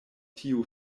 tiu